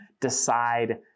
decide